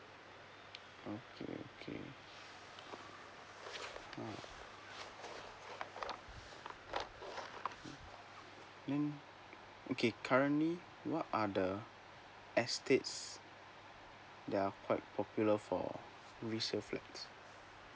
okay okay alright then okay currently what are the estates that are quite popular for resale flat